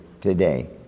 today